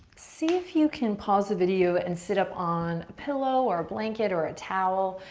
see if you can pause the video and sit up on a pillow or a blanket or a towel,